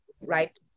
right